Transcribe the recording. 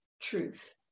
truth